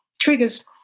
triggers